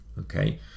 okay